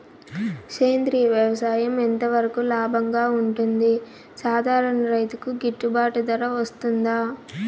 సేంద్రియ వ్యవసాయం ఎంత వరకు లాభంగా ఉంటుంది, సాధారణ రైతుకు గిట్టుబాటు ధర వస్తుందా?